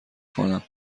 کنم